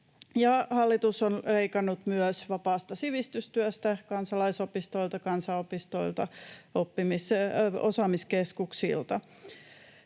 Hallitus on leikannut myös vapaasta sivistystyöstä kansalaisopistoilta, kansanopistoilta, osaamiskeskuksilta,